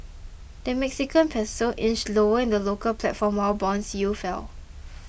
the Mexican Peso inched lower in the local platform while bond yields fell